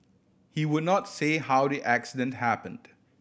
he would not say how the accident happened